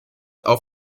auch